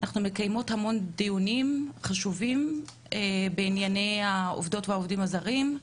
אנחנו מקיימות המון דיונים חשובים בענייני העובדות והעובדים הזרים,